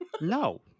No